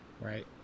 Right